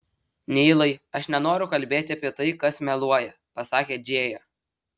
neilai aš nenoriu kalbėti apie tai kas meluoja pasakė džėja